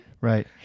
Right